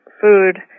food